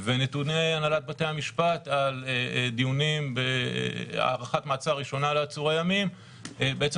ונתוני הנהלת בתי המשפט על דיונים בהארכת מעצר ראשונה לעצורי ימים בעצם